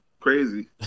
crazy